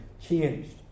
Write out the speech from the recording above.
changed